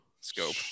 scope